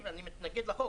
אני מתנגד לחוק,